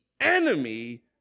enemy